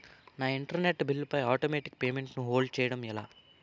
నా internet bill పై automatic payment ను హోల్డ్ చేయటం ఎలా?